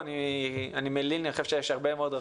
אני חושב שיש דברים הרבה מאוד דרכים טובות יותר להגדיר אותו.